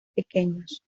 pequeños